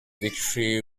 victory